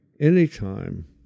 anytime